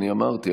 ואני אמרתי,